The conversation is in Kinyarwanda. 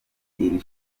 iri